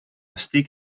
stick